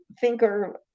thinker